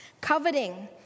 coveting